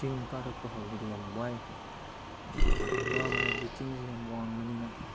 ꯆꯤꯡ ꯀꯥꯔꯛꯄ ꯍꯧꯕꯗ ꯌꯥꯝ ꯋꯥꯏ ꯌꯥꯝ ꯋꯥꯕ ꯍꯥꯏꯕꯗꯤ ꯆꯤꯡꯁꯤ ꯌꯥꯝ ꯋꯥꯡꯕꯅꯤꯅ